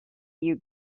you